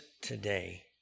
today